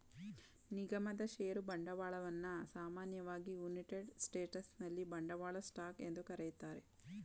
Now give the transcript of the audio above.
ನಿಗಮದ ಷೇರು ಬಂಡವಾಳವನ್ನ ಸಾಮಾನ್ಯವಾಗಿ ಯುನೈಟೆಡ್ ಸ್ಟೇಟ್ಸ್ನಲ್ಲಿ ಬಂಡವಾಳ ಸ್ಟಾಕ್ ಎಂದು ಕರೆಯುತ್ತಾರೆ